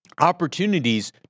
Opportunities